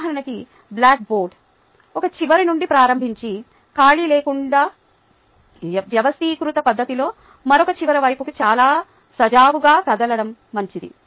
ఉదాహరణకు blackboard ఒక చివర నుండి ప్రారంభించి కాళిలేకుండా వ్యవస్థీకృత పద్ధతిలో మరొక చివర వైపుకి చాలా సజావుగా కదలడం మంచిది